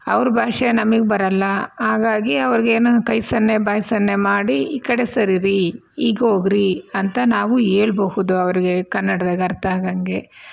ಅವರ ಭಾಷೆ ನಮಗೆ ಬರಲ್ಲ ಹಾಗಾಗಿ ಅವರಿಗೆ ಏನಾನ ಕೈ ಸನ್ನೆ ಬಾಯಿ ಸನ್ನೆ ಮಾಡಿ ಈ ಕಡೆ ಸರೀರಿ ಹೀಗೋಗ್ರಿ ಅಂತ ನಾವು ಹೇಳ್ಬಹುದು ಅವರಿಗೆ ಕನ್ನಡದಾಗೆ ಅರ್ಥಾಗಂಗೆ